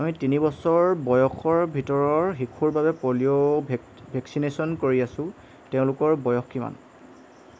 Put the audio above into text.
আমি তিনিবছৰ বয়সৰ ভিতৰৰ শিশুৰ বাবে পলিঅ' ভেক ভেকছিনেশ্যন কৰি আছোঁ তেওঁলোকৰ বয়স কিমান